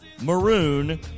Maroon